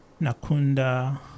Nakunda